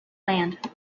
land